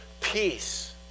peace